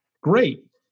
Great